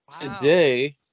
Today